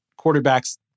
quarterbacks